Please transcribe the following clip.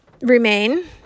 remain